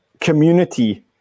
community